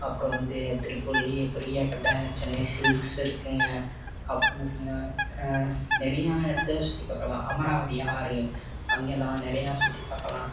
அப்புறம் வந்து திருப்பூர்லையே பெரிய கடை சென்னை சில்க்ஸ் இருக்குதுங்க அப்புறம் பார்த்திங்கனா நிறையா இடத்த சுற்றிப் பாக்கலாம் அமராவதி ஆறு அங்கெல்லாம் நிறையா சுற்றிப் பார்க்கலாம்